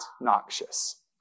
noxious